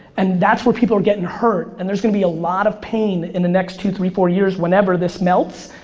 and that's where people are getting hurt and there's gonna be a lot of pain in the next two, three, four years whenever this melts.